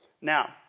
Now